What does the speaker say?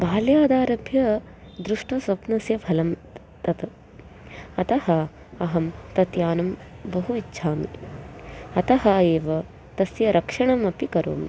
बाल्यादारभ्य दृष्टस्य स्वप्नस्य फलं तत् अतः अहं तद् यानं बहु इच्छामि अतः एव तस्य रक्षणम् अपि करोमि